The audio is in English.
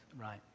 right